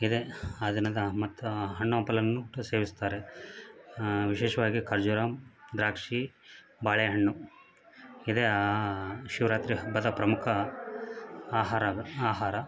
ಇದೇ ಆ ದಿನದ ಮತ್ತು ಹಣ್ಣುಹಂಪಲನ್ನು ಕೂಡ ಸೇವಿಸ್ತಾರೆ ವಿಶೇಷವಾಗಿ ಖರ್ಜೂರ ದ್ರಾಕ್ಷಿ ಬಾಳೆಹಣ್ಣು ಇದೇ ಆ ಶಿವರಾತ್ರಿ ಹಬ್ಬದ ಪ್ರಮುಖ ಆಹಾರ ಅದು ಆಹಾರ